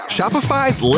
Shopify's